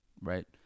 right